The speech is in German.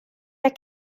der